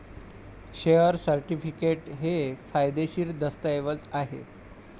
share certificate हे कायदेशीर दस्तऐवज आहे